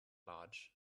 large